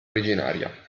originaria